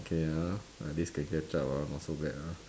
okay ah at least can catch up ah not so bad ah